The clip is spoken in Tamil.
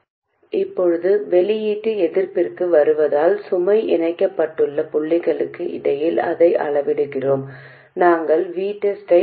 இந்த தற்போதைய ஆதாரம் மறைந்து இந்த இரண்டு டெர்மினல்களுக்கு இடையே நீங்கள் பார்ப்பது அனைத்தும் RG மற்றும் Rs